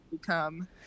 become